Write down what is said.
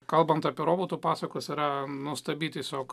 kalbant apie robotų pasakos yra nuostabi tiesiog